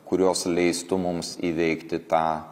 kurios leistų mums įveikti tą